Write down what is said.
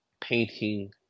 painting